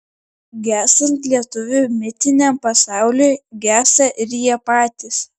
gęstant lietuvių mitiniam pasauliui gęsta ir jie patys